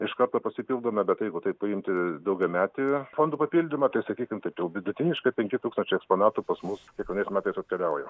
iš karto pasipildome bet jeigu taip paimti daugiametį fondų papildymą tai sakykim taip jau vidutiniškai penki tūkstančiai eksponatų pas mus kiekvienais metais atkeliauja